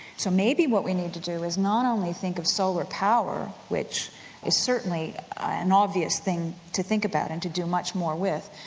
so maybe what we need to do is not only think of solar power, which is certainly an obvious thing to think about and to do much more with,